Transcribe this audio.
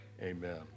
Amen